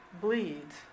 bleeds